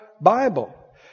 Bible